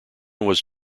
was